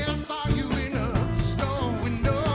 saw you in a store window